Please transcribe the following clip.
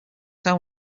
town